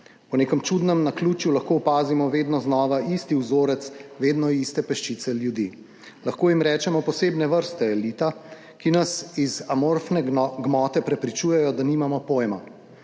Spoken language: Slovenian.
Po nekem čudnem naključju lahko opazimo vedno znova isti vzorec vedno iste peščice ljudi, lahko jim rečemo posebne vrste elita, ki nas iz amorfne gmote prepričujejo, da nimamo pojma,